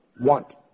want